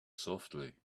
softly